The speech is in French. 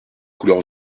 couleurs